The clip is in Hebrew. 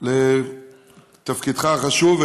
תפקידך החשוב.